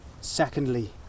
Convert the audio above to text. Secondly